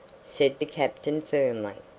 said the captain, firmly.